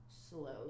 slow